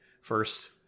first